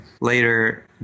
later